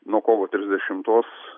nuo kovo trisdešimtos